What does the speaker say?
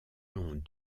longs